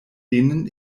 denen